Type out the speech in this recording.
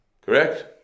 Correct